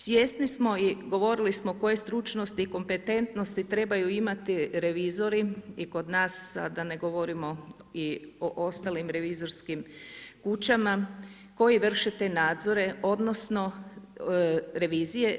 Svjesni smo i govorili smo koje stručnosti i kompetentnosti trebaju imati revizori i kod nas, sada da ne govorimo i o ostalim revizorskim kućama, koje vrše te nadzore, odnosno, revizije.